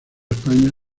españa